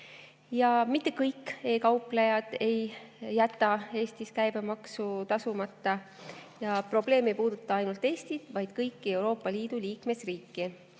Mitte kõik e‑kauplejad ei jäta Eestis käibemaksu tasumata. Probleem ei puuduta ainult Eestit, vaid kõiki Euroopa Liidu liikmesriike.